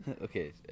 Okay